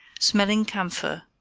smelling camphor,